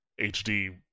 HD